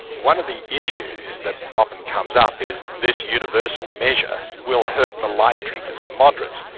one of the issues that often comes up is this universal measure will hurt the light drinkers, the moderates,